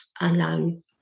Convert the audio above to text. alone